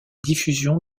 diffusion